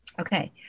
Okay